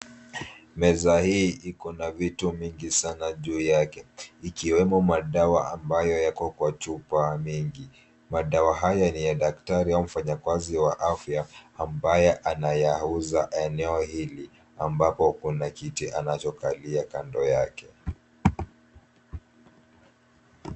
Meza hii Iko na vitu mingi sana juu yake ikiwemo madawa ambayo yako kwa chupa mingi. Madawa haya ni ya daktari au mfanyakazi wa afya ambaye anayauza eneo hili ambapo kuna kiti anacho kalia kando yake.